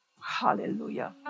Hallelujah